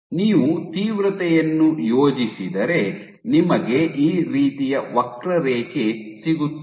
ನೀವು ತೀವ್ರತೆಯನ್ನು ಯೋಜಿಸಿದರೆ ನಿಮಗೆ ಈ ರೀತಿಯ ವಕ್ರರೇಖೆ ಸಿಗುತ್ತದೆ